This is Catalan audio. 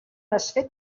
desfer